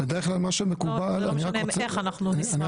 זה לא משנה איך, אנחנו נשמח.